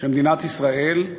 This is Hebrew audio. שמדינת ישראל,